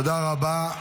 תודה רבה.